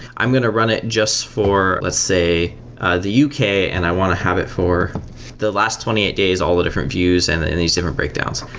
i'm going to run it just for let's say the u k. and i want to have it for the last twenty eight days all the different views and and these different breakdowns.